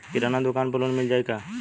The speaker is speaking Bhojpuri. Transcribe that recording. किराना दुकान पर लोन मिल जाई का?